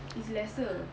it's lesser